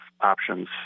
options